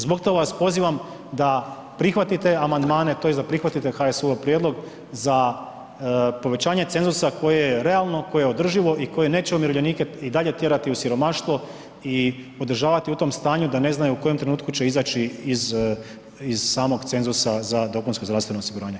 Zbog toga vas pozivam da prihvatite amandmane tj. da prihvatite HSU-ov prijedlog za povećanje cenzusa koje je realno, koje je održivo i koje neće umirovljenike i dalje tjerati u siromaštvo i održavati u tom stanju da ne znaju u kojem trenutku će izaći iz, iz samog cenzusa za dopunsko zdravstveno osiguranje.